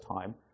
time